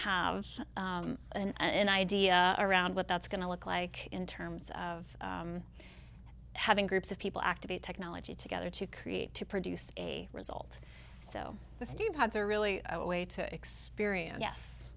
have and idea around what that's going to look like in terms of having groups of people activate technology together to create to produce a result so the steve jobs are really a way to experience yes